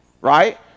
right